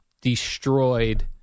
destroyed